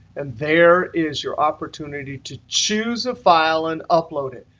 and there is your opportunity to choose a file and upload it.